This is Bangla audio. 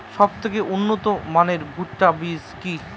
সবথেকে উন্নত মানের ভুট্টা বীজ কি?